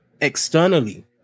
externally